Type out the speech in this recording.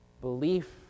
belief